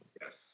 Yes